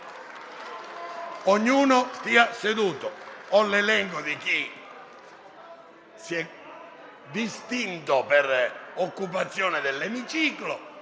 Ognuno rimanga seduto. Ho l'elenco di chi si è distinto per occupazione dell'emiciclo